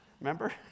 Remember